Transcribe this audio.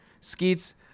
Skeets